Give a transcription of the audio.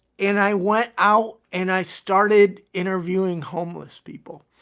and i went out and i started interviewing homeless people.